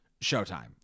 Showtime